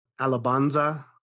Alabanza